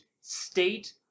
state